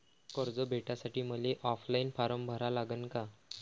कर्ज भेटासाठी मले ऑफलाईन फारम भरा लागन का?